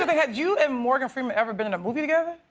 and had you and morgan freeman ever been in a movie together?